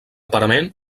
parament